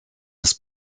des